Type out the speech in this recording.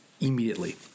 immediately